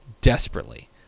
Desperately